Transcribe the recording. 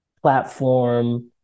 platform